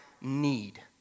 need